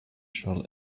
shall